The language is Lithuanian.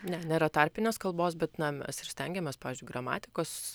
ne nėra tarpinės kalbos bet na mes ir stengėmės pavyzdžiui gramatikos